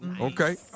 Okay